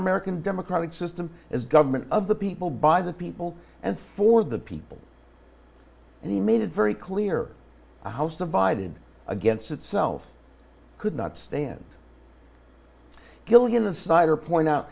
american democratic system as government of the people by the people and for the people and he made it very clear a house divided against itself could not stand killian aside or point out